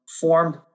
formed